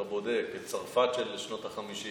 אם אתה בודק את צרפת של שנות החמישים